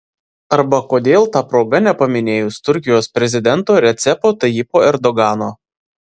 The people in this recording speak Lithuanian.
arba kodėl ta proga nepaminėjus turkijos prezidento recepo tayyipo erdogano